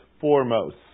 foremost